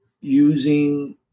using